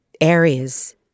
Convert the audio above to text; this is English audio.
areas